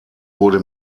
wurde